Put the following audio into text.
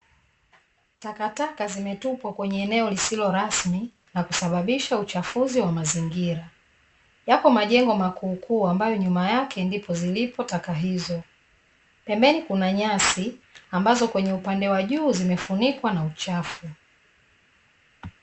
Takataka zimetupwa kwenye eneo lisilo rasmi na kusababisha uchafuzi wa mazingira. Yako majengo makuukuu ambayo nyuma yake ndipo zilipo taka hizo, pembeni kuna nyasi ambazo kwenye upande wa juu zimefunikwa na uchafu.